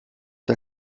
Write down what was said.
der